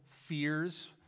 fears